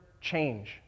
change